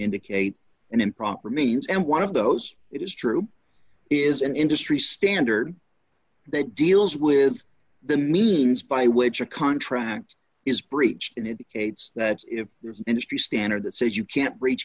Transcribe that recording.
indicate an improper means and one of those it is true is an industry standard that deals with the means by which a contract is breached in a decades that's if there's an industry standard that says you can't breach